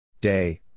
Day